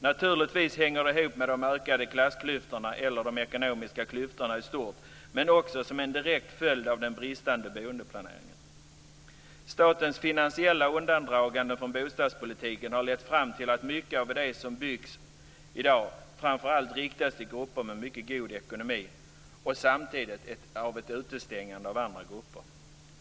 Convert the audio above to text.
Naturligtvis hänger det ihop med de ökade klassklyftorna eller de ekonomiska klyftorna i stort, men det är också en direkt följd av den bristande boendeplaneringen. Statens finansiella undandragande från bostadspolitiken har lett fram till att mycket av det som i dag byggs framför allt riktas till grupper med mycket god ekonomi och samtidigt att andra grupper utestängs.